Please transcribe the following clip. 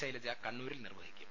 ശൈലജ കണ്ണൂരിൽ നിർവഹിക്കും